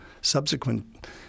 subsequent